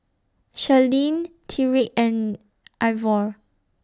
Sherlyn Tyreek and Ivor